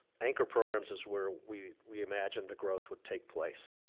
anchor programs is where we we imagined the growth would take place,